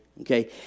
Okay